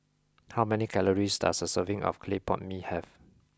how many calories does a serving of clay pot mee have